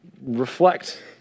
reflect